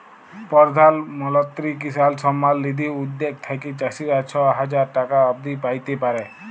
পরধাল মলত্রি কিসাল সম্মাল লিধি উদ্যগ থ্যাইকে চাষীরা ছ হাজার টাকা অব্দি প্যাইতে পারে